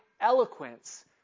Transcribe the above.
eloquence